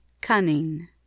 cunning